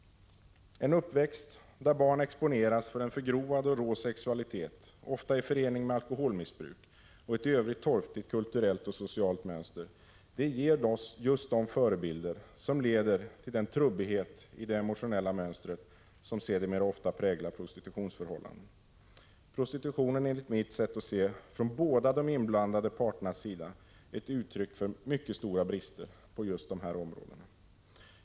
En uppväxt där barn exponeras för en förgrovad och rå sexualitet, ofta i förening med alkoholmissbruk eller ett i övrigt torftigt kulturellt och socialt mönster, ger just de förebilder som leder till den trubbighet i det emotionella mönstret som sedermera präglar prostitutionsförhållanden. Prostitutionen är enligt mitt sätt att se från båda de inblandade parternas sida ett uttryck för mycket stora brister på dessa områden.